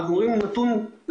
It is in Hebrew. רק נותנים לו נתון יבש,